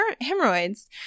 hemorrhoids